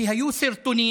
כי היו סרטונים